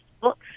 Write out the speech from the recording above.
books